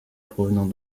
provenant